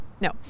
No